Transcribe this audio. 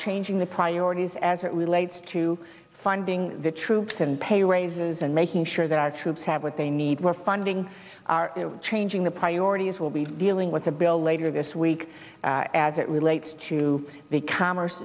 changing the priorities as it relates to funding the troops and pay raises and making sure that our troops have what they need we're funding changing the priorities will be dealing with the bill later this week as it relates to the commerce